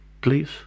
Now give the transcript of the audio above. please